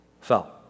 fell